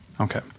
Okay